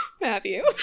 Matthew